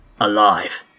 alive